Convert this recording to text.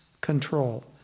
control